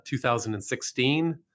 2016